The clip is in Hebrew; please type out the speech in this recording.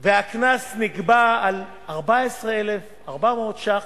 והקנס נקבע על 14,400 ש"ח